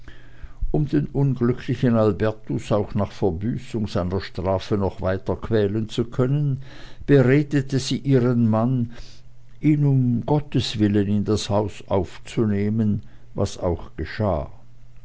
um den unglücklichen albertus auch nach verbüßung seiner strafe noch weiter quälen zu können beredete sie ihren mann ihn um gottes willen in das haus aufzunehmen was auch geschah